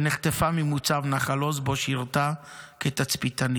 שנחטפה ממוצב נחל עוז שבו שירתה כתצפיתנית/